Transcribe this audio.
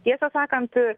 tiesą sakant